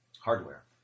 hardware